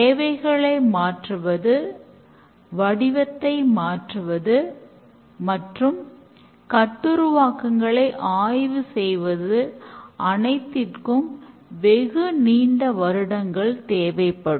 தேவைகளை மாற்றுவது வடிவத்தை மாற்றுவது மற்றும் கட்டுருவாக்கங்களை ஆய்வு செய்வது அனைத்திற்கும் வெகு நீண்ட வருடங்கள் தேவைப்படும்